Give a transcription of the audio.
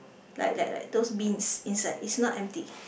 like like like those beans inside it's not empty